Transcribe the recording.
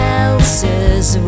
else's